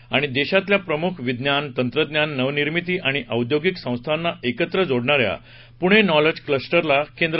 आणि देशातल्या प्रमुख विज्ञान तंत्रज्ञान नवनिर्मिती आणि औद्योगिक संस्थांना एकत्र जोडणाऱ्या पुणे नॉलेज क्लस्टरला केंद्र